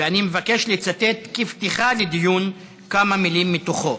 ואני מבקש לצטט כפתיחה לדיון כמה מילים מתוכו: